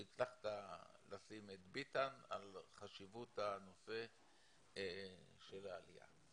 שהצלחת לשים את ביטן שיבין את חשיבות הנושא של העלייה.